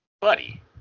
buddy